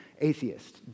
atheist